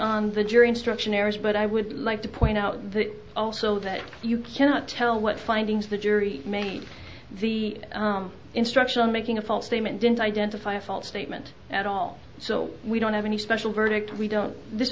on the jury instruction errors but i would like to point out that also that you cannot tell what findings the jury made the instruction on making a false statement didn't identify a false statement at all so we don't have any special verdict we don't this